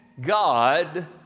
God